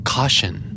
Caution